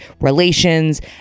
relations